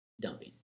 dumping